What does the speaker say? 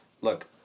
look